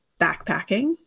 backpacking